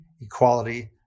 equality